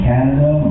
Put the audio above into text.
Canada